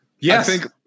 Yes